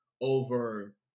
over